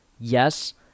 Yes